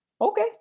Okay